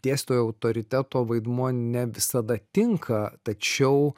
dėstytojo autoriteto vaidmuo ne visada tinka tačiau